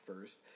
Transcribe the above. first